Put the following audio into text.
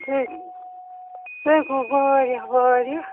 سُے سُے گوٚو واریاہ واریاہ